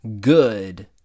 good